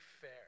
fair